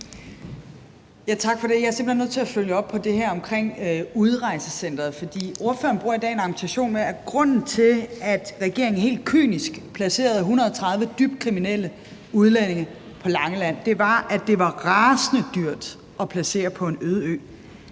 Tak for det. Jeg er simpelt hen nødt til at følge op på det her om udrejsecenteret, for ordføreren bruger i dag en argumentation med, at grunden til, at regeringen helt kynisk placerede 130 dybt kriminelle udlændinge på Langeland, var, at det var rasende dyrt at placere på en øde ø.